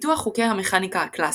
ופיתוח חוקי המכניקה הקלאסית.